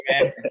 man